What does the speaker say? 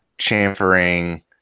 chamfering